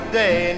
day